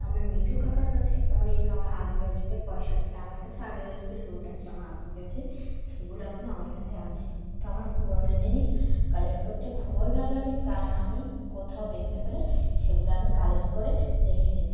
আমার মেজো কাকার কাছে অনেক আমার আগেকার যুগের পয়সা আছে তা আমার কাছে আগেকার যুগের লোড আছে আমার আব্বার কাছে সেগুলো এখনও আমার কাছে আছে তো আমার পুরোনো জিনিস কালেক্ট করতে খুবই ভালো লাগে তাই আমি কোথাও দেখতে পেলে সেগুলো আমি কালেক্ট করে রেখে দিই